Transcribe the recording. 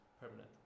permanent